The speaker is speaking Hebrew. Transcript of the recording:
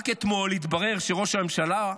רק אתמול התברר שראש הממשלה,